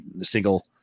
single